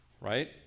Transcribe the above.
right